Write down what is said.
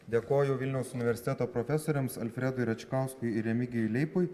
dėkojo vilniaus universiteto profesoriams alfredui račkauskui ir remigijui leipui